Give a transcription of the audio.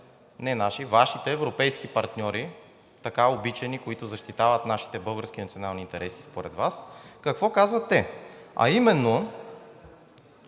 не наши, Вашите европейски партньори, така обичани, които защитават нашите български национални интереси според Вас, какво казват те, а именно,